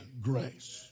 grace